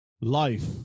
life